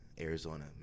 Arizona